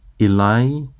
Eli